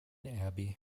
abbey